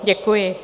Děkuji.